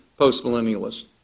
postmillennialists